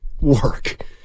work